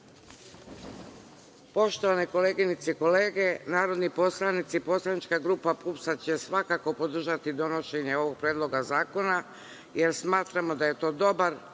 nasilja. Poštovane koleginice i kolege, narodni poslanici, poslanička grupa PUPS će svakako podržati donošenje ovog predloga zakona jer smatramo da je to dobar